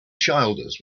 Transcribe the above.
childers